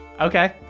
Okay